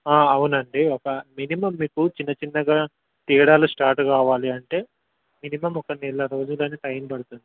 అవునండి ఒక మినిమం మీకు చిన్న చిన్నగా తేడాలు స్టార్ట్ కావాలి అంటే మినిమం ఒక నెల రోజులకి పైన పడుతుంది